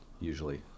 Usually